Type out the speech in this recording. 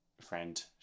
friend